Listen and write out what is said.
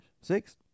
Six